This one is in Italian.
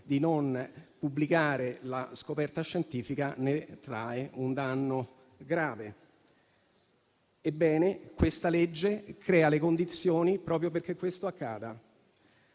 di non pubblicare una scoperta scientifica, ne trae un danno grave. Questa legge crea le condizioni proprio perché ciò accada.